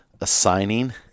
assigning